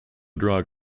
drug